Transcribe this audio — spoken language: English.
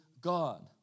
God